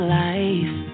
life